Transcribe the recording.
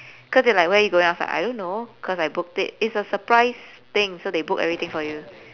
cause they like where you going I was like I don't know cause I booked it it's a surprise thing so they book everything for you